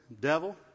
devil